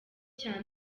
cya